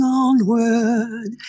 onward